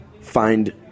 find